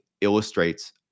illustrates